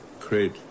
create